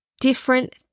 different